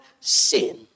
sin